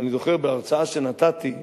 בהרצאה שנתתי,